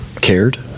cared